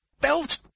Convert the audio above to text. belt